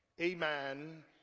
amen